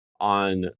on